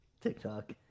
TikTok